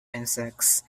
insects